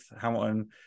Hamilton